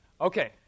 Okay